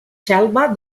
xelva